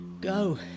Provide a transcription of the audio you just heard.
Go